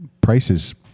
prices